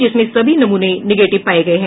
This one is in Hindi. जिसमें सभी नमूने निगेटिव पाये गये हैं